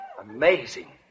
Amazing